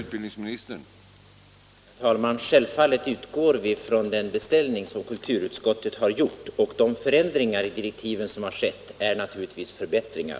Herr talman! Självfallet utgår vi från den beställning som kulturutskottet har gjort, och de förändringar i direktiven som har skett är naturligtvis förbättringar.